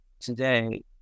today